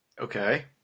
Okay